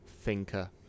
thinker